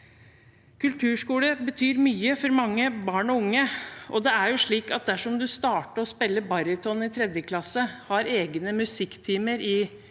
Kulturskolen betyr mye for mange barn og unge. Dersom du starter å spille baryton i 3. klasse, har egne musikktimer i